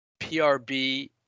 PRB